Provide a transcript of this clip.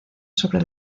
sobre